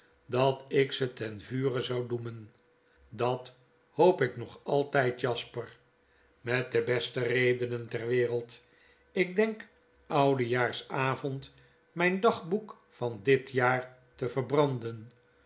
dat ik ze ten vure zou doemen dat hoop ik nog altijd jasper amet de beste redenen ter wereld ik denk oudejaarsavond myn dagboek van dit jaar te verbranden